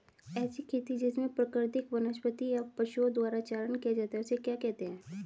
ऐसी खेती जिसमें प्राकृतिक वनस्पति का पशुओं द्वारा चारण किया जाता है उसे क्या कहते हैं?